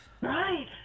right